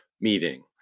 meeting